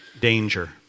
danger